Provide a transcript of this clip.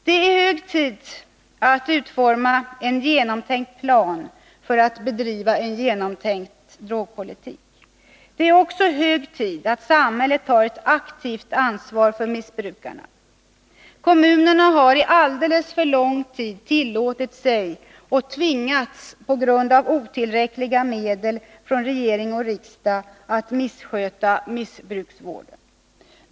Det är hög tid att utforma en genomtänkt plan för att bedriva en genomtänkt drogpolitik. Det är också hög tid att samhället tar ett aktivt ansvar för missbrukarna. Kommunerna har under alldeles för lång tid tillåtit sig — och tvingats på grund av otillräckliga medel från regering och riksdag — att missköta missbruksvården.